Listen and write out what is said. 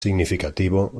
significativo